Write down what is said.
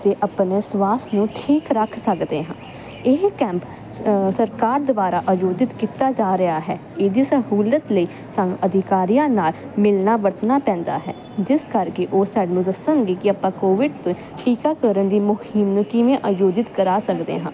ਤੇ ਆਪਣੇ ਸਵਾਸ ਨੂੰ ਠੀਕ ਰੱਖ ਸਕਦੇ ਹਾਂ ਇਹ ਕੈਂਪ ਸਰਕਾਰ ਦੁਆਰਾ ਆਯੋਧਿਤ ਕੀਤਾ ਜਾ ਰਿਹਾ ਹੈ ਇਹਦੀ ਸਹੂਲਤ ਲਈ ਸਾਨੂੰ ਅਧਿਕਾਰੀਆਂ ਨਾਲ ਮਿਲਣਾ ਵਰਤਣਾ ਪੈਂਦਾ ਹੈ ਜਿਸ ਕਰਕੇ ਉਹ ਸਾਨੂੰ ਦੱਸਾਂਗੇ ਕਿ ਆਪਾਂ ਕੋਵਿਡ ਟੀਕਾਕਰਨ ਦੀ ਮੁਹਿੰਮ ਨੂੰ ਕਿਵੇਂ ਆਯੋਜਿਤ ਕਰਾ ਸਕਦੇ ਹਾਂ